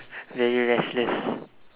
very restless